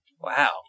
Wow